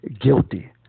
guilty